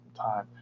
time